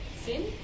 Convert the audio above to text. sin